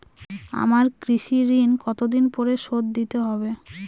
আমার কৃষিঋণ কতদিন পরে শোধ দিতে হবে?